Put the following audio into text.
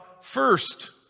first